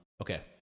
Okay